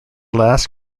last